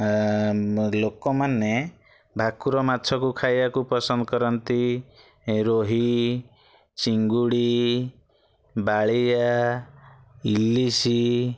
ଆ ମ ଲୋକମାନେ ଭାକୁର ମାଛକୁ ଖାଇବାକୁ ପସନ୍ଦ କରନ୍ତି ରୋହି ଚିଙ୍ଗୁଡ଼ି ବାଳିଆ ଇଲିଶି